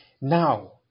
Now